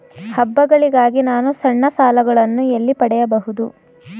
ಹಬ್ಬಗಳಿಗಾಗಿ ನಾನು ಸಣ್ಣ ಸಾಲಗಳನ್ನು ಎಲ್ಲಿ ಪಡೆಯಬಹುದು?